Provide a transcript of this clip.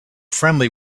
friendly